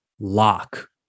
lock